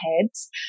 heads